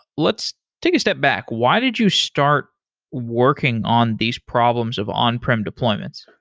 let's take a step back. why did you start working on these problems of on-prem deployments?